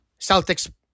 Celtics